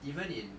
even in